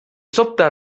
sobte